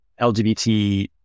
LGBT